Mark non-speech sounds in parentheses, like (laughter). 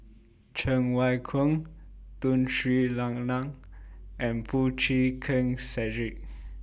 Cheng Wai Keung Tun Sri Lanang and Foo Chee Keng Cedric (noise)